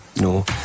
No